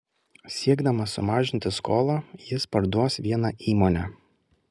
siekdamas sumažinti skolą jis parduos vieną įmonę